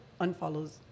unfollows